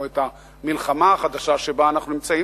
או את המלחמה החדשה שבה אנחנו נמצאים,